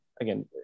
again